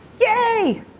Yay